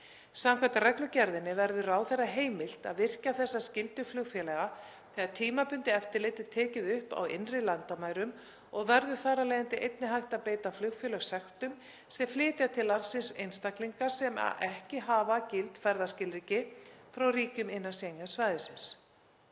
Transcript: Samkvæmt reglugerðinni verður ráðherra heimilt að virkja þessa skyldu flugfélaga þegar tímabundið eftirlit er tekið upp á innri landamærum og verður þar af leiðandi einnig hægt að beita flugfélög sektum sem flytja til landsins einstaklinga sem ekki hafa gild ferðaskilríki frá ríkjum innan Schengen-svæðisins.